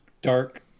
dark